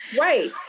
right